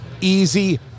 easy